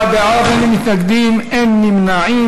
44 בעד, אין מתנגדים, אין נמנעים.